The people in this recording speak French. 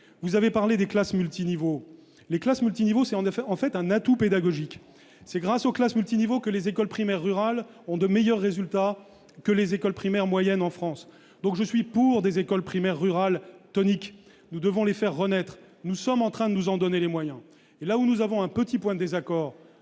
vous avez parlé des classes multiniveaux les classes multiniveaux, c'est en effet en fait un atout pédagogique, c'est grâce aux classes multiniveaux que les écoles primaires rural ont de meilleurs résultats que les écoles primaires moyenne en France, donc je suis pour des écoles primaires rural tonique, nous devons les faire renaître, nous sommes en train de nous en donner les moyens et là où nous avons un petit point désaccord